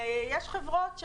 ויש חברות,